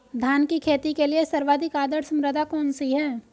धान की खेती के लिए सर्वाधिक आदर्श मृदा कौन सी है?